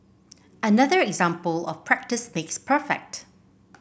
another example of practice makes perfect